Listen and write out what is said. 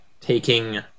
taking